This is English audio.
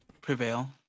prevail